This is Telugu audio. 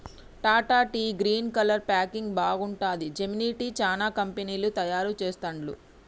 Tata tea green colour packing బాగుంటది, జెమినీ టీ, చానా కంపెనీలు తయారు చెస్తాండ్లు